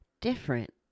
different